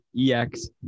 EX